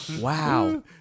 Wow